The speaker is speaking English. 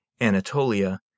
Anatolia